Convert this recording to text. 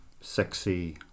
sexy